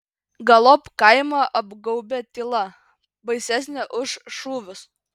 galop kaimą apgaubė tyla baisesnė už šūvius